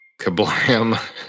Kablam